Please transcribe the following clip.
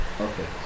okay